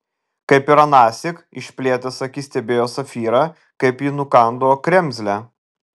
kaip ir anąsyk išplėtęs akis stebėjo safyrą kaip ji nukando kremzlę